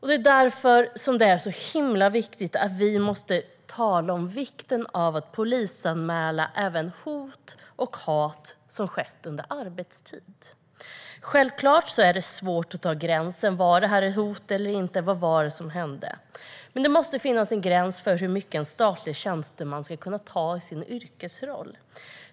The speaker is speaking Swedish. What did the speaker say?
Det är därför som det är så viktigt att vi talar om vikten av att polisanmäla även hot och hat som skett under arbetstid. Självklart är det svårt att dra gränsen när det gäller vad som har varit ett hot eller inte och vad det var som hände. Men det måste finnas en gräns för hur mycket en statlig tjänsteman ska behöva ta i sin yrkesroll.